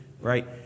right